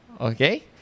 okay